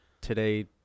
today